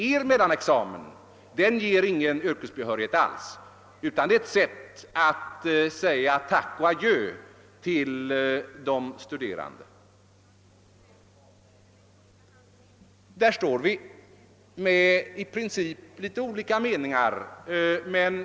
Er mellanexamen ger ingen yrkesbehörighet alls, utan är bara ett sätt att säga tack och adjö till de studerande. Där står vi med i princip litet olika meningar.